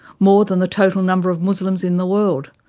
more than the total number of muslims in the world,